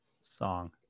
song